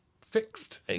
fixed